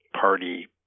party